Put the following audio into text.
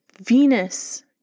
Venus